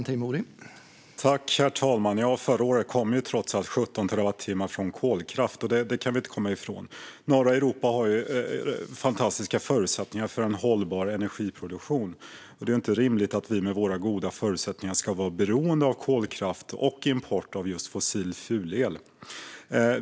Herr talman! Förra året kom trots allt 17 terawattimmar från kolkraft - det kan vi inte komma ifrån. Norra Europa har fantastiska förutsättningar för en hållbar energiproduktion. Det är inte rimligt att vi med våra goda förutsättningar ska vara beroende av kolkraft och import av just fossil fulel.